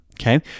Okay